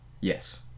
Yes